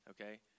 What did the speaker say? Okay